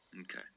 Okay